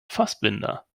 fassbinder